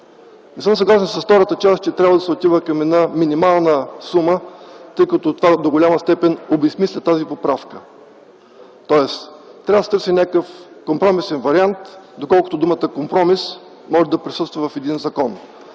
Не съм съгласен с втората част, че трябва да се отива към една минимална сума, тъй като това до голяма степен обезсмисля тази поправка, тоест трябва да се търси някакъв компромисен вариант, до колкото дума „компромис” може да присъства в един закон.